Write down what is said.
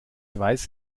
weiß